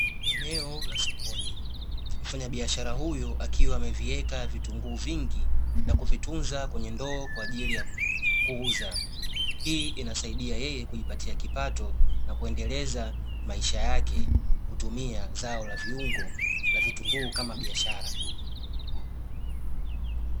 Eneo la sokoni, mfanyabiashara huyu akiwa amevieka vitunguu vingi na kuvitunza kwenye ndoo kwaajili ya kuuza hii inasaidia yeye kujipatia kipato na kuendeleza maisha yake kutumia zao la viungo la vitunguu kama biashara.